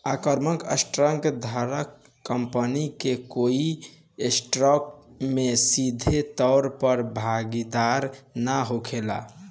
common stock धारक कंपनी के कोई ऐसेट में सीधे तौर पर भागीदार ना होखेला